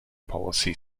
policy